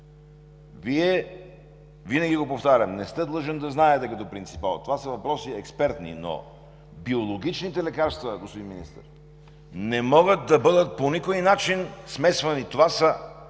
Вие, винаги го повтарям, не сте длъжен да знаете като принципал. Това са експертни въпроси. Биологичните лекарства, господин Министър, не могат да бъдат по никой начин смесвани! Това са